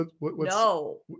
No